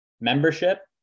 membership